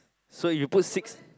so you put six